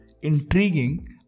intriguing